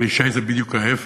אלי ישי זה בדיוק ההפך.